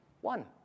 One